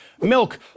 milk